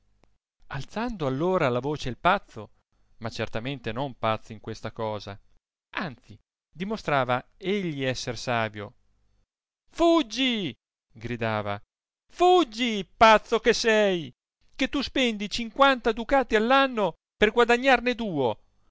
alzando all'ora la voce il pazzo ma certamente non pazzo in questa cosa anzi dimostrava egli esser savio fuggi gridava fuggi pazzo che sei che tu spendi cinquanta ducati all anno per guadagnarne duo